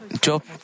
Job